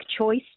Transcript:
choice